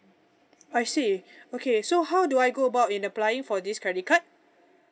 I see okay so how do I go about in applying for this credit card